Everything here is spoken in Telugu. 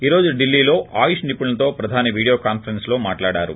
ఈ రోజు ఢిల్లీలో ఆయుష్ నిపుణులతో ప్రధాని విడియోకాన్నరెన్స్ లో మాట్లాడారు